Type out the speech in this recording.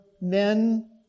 men